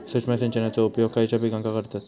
सूक्ष्म सिंचनाचो उपयोग खयच्या पिकांका करतत?